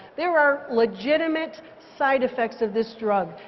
there are legitimate side effects of this job.